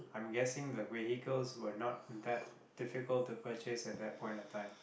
I'm guessing the vehicles were not that difficult to purchase at that point of time